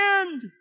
end